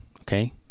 Okay